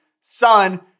son